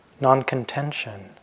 non-contention